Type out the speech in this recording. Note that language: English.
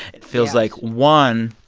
it feels like, one,